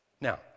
Now